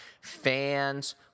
fans